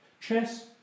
Chess